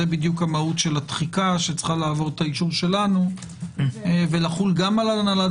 זו מהות הדחיקה שצריכה לעבור את האישור שלנו ולחול גם על הנהלת